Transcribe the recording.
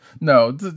No